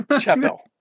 Chapel